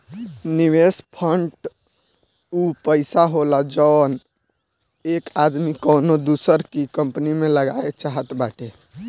निवेस फ़ंड ऊ पइसा होला जउन एक आदमी कउनो दूसर की कंपनी मे लगाए चाहत बाटे